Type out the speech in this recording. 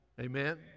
Amen